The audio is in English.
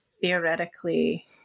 theoretically